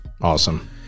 Awesome